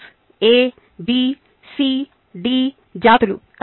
S A B C D జాతులు